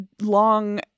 long